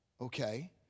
okay